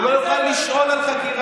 הוא לא יכול לשאול על חקירה.